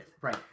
Right